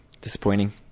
Disappointing